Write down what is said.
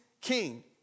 king